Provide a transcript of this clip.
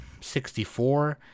64